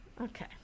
Okay